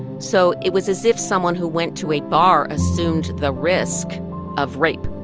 so it was as if someone who went to a bar assumed the risk of rape